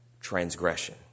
Transgression